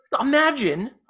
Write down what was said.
imagine